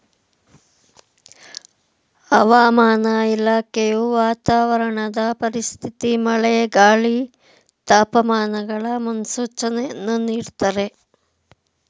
ಹವಾಮಾನ ಇಲಾಖೆಯು ವಾತಾವರಣದ ಪರಿಸ್ಥಿತಿ ಮಳೆ, ಗಾಳಿ, ತಾಪಮಾನಗಳ ಮುನ್ಸೂಚನೆಯನ್ನು ನೀಡ್ದತರೆ